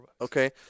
Okay